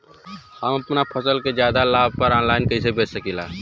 हम अपना फसल के ज्यादा लाभ पर ऑनलाइन कइसे बेच सकीला?